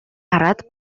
хараад